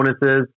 bonuses